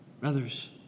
Brothers